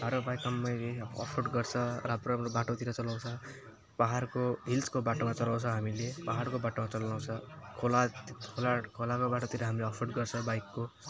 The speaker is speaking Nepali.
हाम्रो बाइक आम्मै अफ रोड गर्छ राम्रो राम्रो बाटोतिर चलाउँछ पाहाडको हिल्सको बाटोमा चलाउँछ हामीले पाहाडको बाटोमा चलाउँछ खोला खोला खोलाको बाटोतिर हामीले अफ रोड गर्छ बाइकको